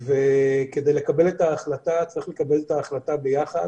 וכדי לקבל את ההחלטה, צריך לקבל את ההחלטה ביחד.